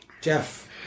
Jeff